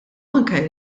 anke